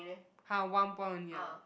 !huh! one point only ah